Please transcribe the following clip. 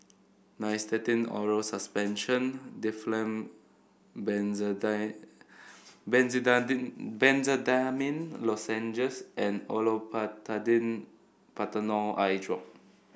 Nystatin Oral Suspension Difflam Benzydamine Lozenges and Olopatadine Patanol Eyedrop